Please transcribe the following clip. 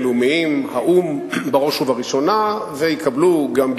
פה, ואני גם צריך לשתוק.